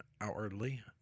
outwardly